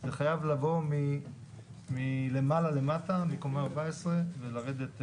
זה חייב לבוא מלמעלה למטה, מקומה 14, ולרדת.